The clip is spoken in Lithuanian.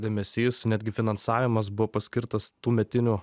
dėmesys netgi finansavimas buvo paskirtas tųmetinių